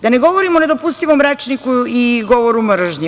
Da ne govorim o nedopustivom rečniku i govoru mržnje.